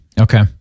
Okay